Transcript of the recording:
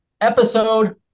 episode